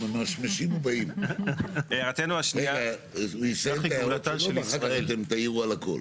הוא יסיים את הדברים שלו ואחר כך אתם תעירו על הכל.